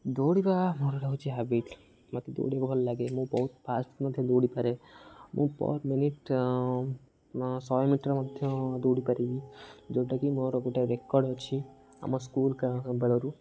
ଦୌଡ଼ିବା ମୋର ହେଉଛି ହ୍ୟାବିଟ୍ ମୋତେ ଦୌଡ଼ିବାକୁ ଭଲ ଲାଗେ ମୁଁ ବହୁତ ଫାର୍ଷ୍ଟ ମଧ୍ୟ ଦୌଡ଼ିପାରେ ମୁଁ ପ ମିନିଟ୍ ଶହେ ମିଟର ମଧ୍ୟ ଦୌଡ଼ି ପାରିବି ଯେଉଁଟାକି ମୋର ଗୋଟେ ରେକର୍ଡ଼ ଅଛି ଆମ ସ୍କୁଲ୍ ବେଳରୁ